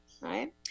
right